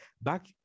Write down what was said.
Back